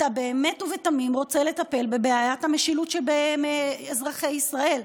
אתה באמת ובתמים רוצה לטפל בבעיית המשילות של אזרחי ישראל,